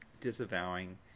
disavowing